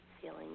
feeling